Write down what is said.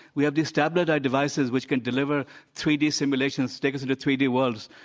we have these tabular devices which can deliver three d simulations, take us into three d worlds.